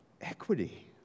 equity